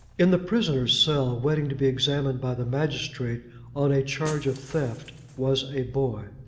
in the prisoner's cell, waiting to be examined by the magistrate on a charge of theft, was a boy.